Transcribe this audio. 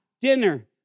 dinner